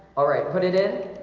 all right, put it in